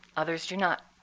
others do not.